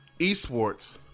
eSports